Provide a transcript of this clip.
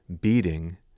beating